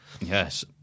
Yes